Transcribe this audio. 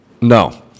No